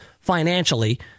financially